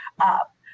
up